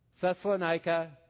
Thessalonica